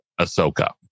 Ahsoka